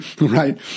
Right